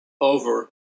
over